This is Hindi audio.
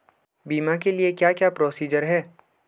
बीमा के लिए क्या क्या प्रोसीजर है?